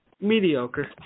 Mediocre